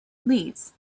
leads